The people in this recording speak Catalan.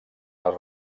les